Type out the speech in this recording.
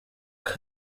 ama